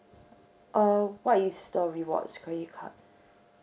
err what is the rewards credit card